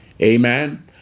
Amen